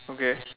okay